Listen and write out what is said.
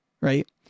Right